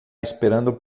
esperando